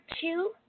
two